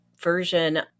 version